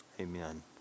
amen